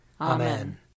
Amen